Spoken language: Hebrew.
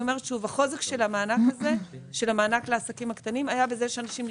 החוזק של המענק הזה לעסקים הקטנים היה בכך שאנשים נכנסו,